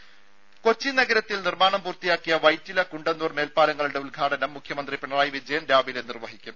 ദര കൊച്ചി നഗരത്തിൽ നിർമ്മാണം പൂർത്തിയാക്കിയ വൈറ്റില കുണ്ടന്നൂർ മേൽപ്പാലങ്ങളുടെ ഉദ്ഘാടനം മുഖ്യമന്ത്രി പിണറായി വിജയൻ രാവിലെ നിർവഹിക്കും